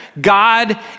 God